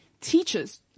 teachers